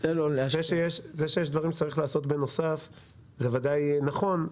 זה שיש דברים שצריך לעשות בנוסף זה וודאי נכון,